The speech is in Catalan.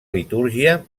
litúrgia